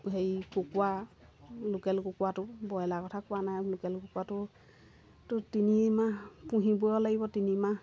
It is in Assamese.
হেৰি কুকুৰা লোকেল কুকুৰাটো ব্ৰইলাৰ কথা কোৱা নাই লোকেল কুকুৰাটো তিনিমাহ পুহিব লাগিব তিনিমাহ